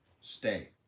Stay